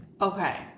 Okay